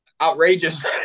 outrageous